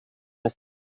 ist